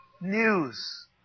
news